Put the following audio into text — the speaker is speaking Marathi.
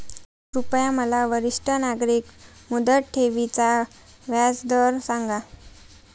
कृपया मला वरिष्ठ नागरिक मुदत ठेवी चा व्याजदर सांगा